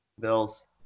Bills